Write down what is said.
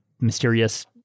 mysterious